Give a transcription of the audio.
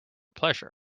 pleasure